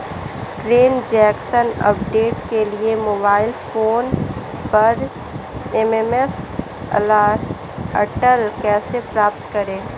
Transaction update के लिए mobile phone पर एस.एम.एस अलर्ट कैसे प्राप्त करें?